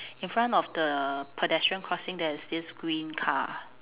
in front of the pedestrian crossing there is this green car